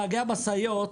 נהגי המשאיות,